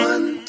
One